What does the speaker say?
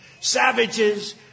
Savages